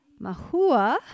Mahua